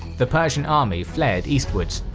the persian army fled eastwards,